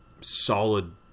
solid